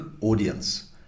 audience